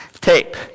Tape